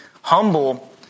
humble